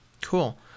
Cool